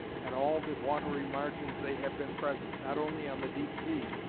at all the watery margins they have been present, not only on the deep sea,